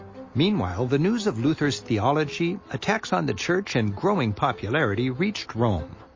meanwhile, the news of luther's theology, attacks on the church, and growing popularity reached rome.